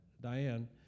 Diane